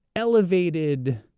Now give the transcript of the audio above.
elevated,